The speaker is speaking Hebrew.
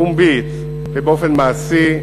פומבית ובאופן מעשי,